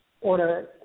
order